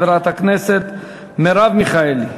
ואחריו, חברת הכנסת מרב מיכאלי.